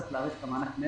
תסכימו להאריך את התקופה?